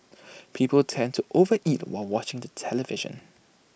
people tend to over eat while watching the television